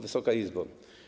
Wysoka Izbo!